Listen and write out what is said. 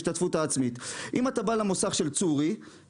אתם נותנים לפי מחיר גבוה כאשר המחיר בשוק נמוך יותר.